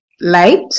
Light